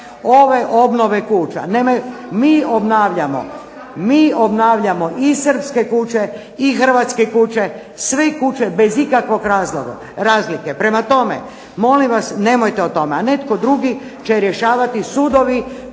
ove obnove kuća. Mi obnavljamo i srpske kuće i hrvatske kuće, sve kuće bez ikakve razlike. Prema tome, molim vas nemojte o tome a netko drugi će rješavati sudovi,